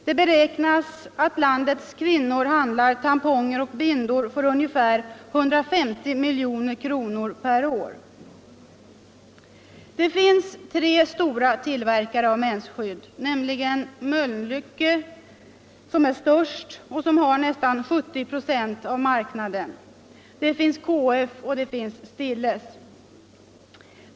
Det beräknas att landets kvinnor handlar tamponger och = Produktion av bindor för ungefär 150 milj.kr. per år. billigare menstrua Det finns tre stora tillverkare av mensskydd, nämligen Mölnlycke, tionsskydd som är störst och har nästan 70 96 av marknaden, KF och Stilles.